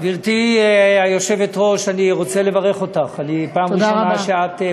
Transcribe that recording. גברתי היושבת-ראש, אני רוצה לברך אותך, תודה רבה.